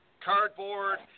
cardboard